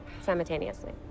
simultaneously